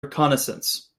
reconnaissance